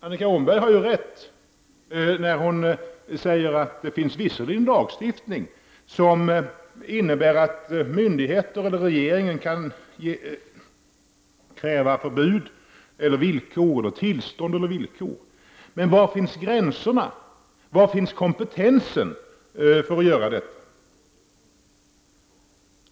Annika Åhnberg har rätt när hon säger att det visserligen finns lagstiftning som innebär att myndigheter eller regeringen kan kräva förbud, tillstånd eller villkor. Men var finns gränserna, var finns kompetensen för att göra detta?